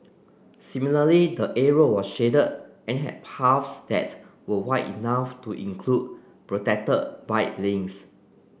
similarly the area was shaded and had paths that were wide enough to include protected bike lanes